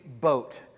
boat